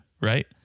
right